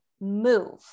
move